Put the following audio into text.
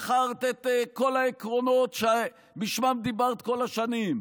מכרת את כל העקרונות שבשמם דיברת כל השנים,